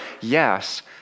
Yes